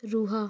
ରୁହ